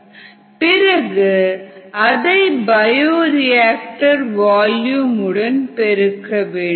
பிறகு அதை bioreactor volume உடன் பெருக்க வேண்டும்